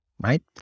right